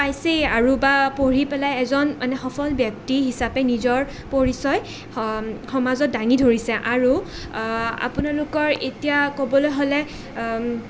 পাইছেই আৰু বা পঢ়ি পেলাই এজন মানে সফল ব্যক্তি হিচাপে নিজৰ পৰিচয় সমাজত দাঙি ধৰিছে আৰু আপোনালোকৰ এতিয়া ক'বলৈ হ'লে